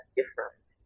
different